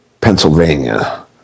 Pennsylvania